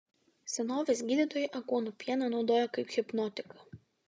senovės gydytojai aguonų pieną naudojo kaip hipnotiką